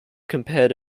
compared